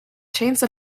chance